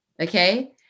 okay